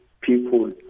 people